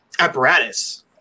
apparatus